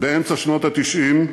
באמצע שנות ה-90,